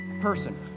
person